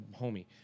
homie